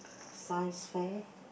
science fair